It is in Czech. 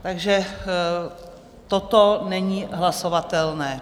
Takže toto není hlasovatelné.